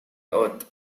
earth